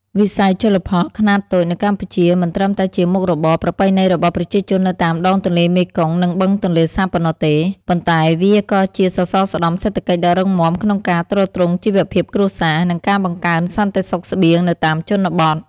វិស័យជលផលខ្នាតតូចនៅកម្ពុជាមិនត្រឹមតែជាមុខរបរប្រពៃណីរបស់ប្រជាជននៅតាមដងទន្លេមេគង្គ និងបឹងទន្លេសាបប៉ុណ្ណោះទេ ប៉ុន្តែវាក៏ជាសសរស្តម្ភសេដ្ឋកិច្ចដ៏រឹងមាំក្នុងការទ្រទ្រង់ជីវភាពគ្រួសារ និងការបង្កើនសន្តិសុខស្បៀងនៅតាមជនបទ។